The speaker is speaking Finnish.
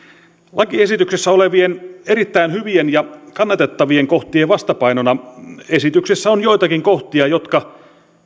lakiesityksessä olevien erittäin hyvien ja kannatettavien kohtien vastapainona esityksessä on joitakin kohtia jotka